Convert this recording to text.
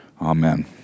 Amen